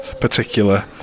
particular